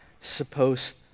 supposed